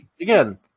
again